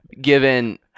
given